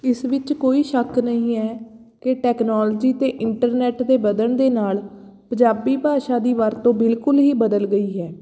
ਇਸ ਵਿੱਚ ਕੋਈ ਸ਼ੱਕ ਨਹੀਂ ਹੈ ਕਿ ਟੈਕਨੋਲਜੀ ਅਤੇ ਇੰਟਰਨੈੱਟ ਦੇ ਵਧਣ ਦੇ ਨਾਲ ਪੰਜਾਬੀ ਭਾਸ਼ਾ ਦੀ ਵਰਤੋਂ ਬਿਲਕੁਲ ਹੀ ਬਦਲ ਗਈ ਹੈ